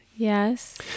Yes